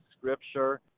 scripture